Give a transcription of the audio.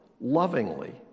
lovingly